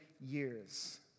years